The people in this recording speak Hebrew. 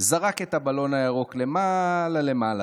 זרק את הבלון הירוק למעלה למעלה,